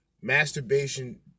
Masturbation